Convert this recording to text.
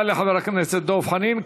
תודה לחבר הכנסת דב חנין.